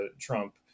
Trump